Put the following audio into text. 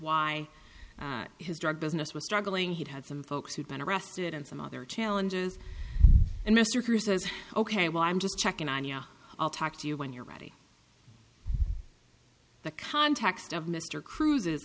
why his drug business was struggling he'd had some folks who'd been arrested and some other challenges and mr cruz says ok well i'm just checking on ya i'll talk to you when you're ready the context of mr cru